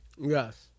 Yes